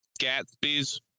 Gatsby's